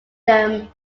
them